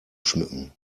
schmücken